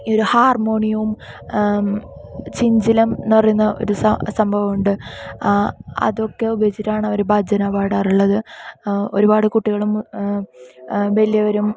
ഈ ഒരു ഹാർമോണിയവും ചിഞ്ചിലം എന്നു പറയുന്ന സ സംഭവം ഉണ്ട് അതൊക്കെ ഉപയോഗിച്ചിട്ടാണ് അവർ ഭജന പാടാറുള്ളത് ഒരുപാട് കുട്ടികളും ബെല്യവരും